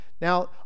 now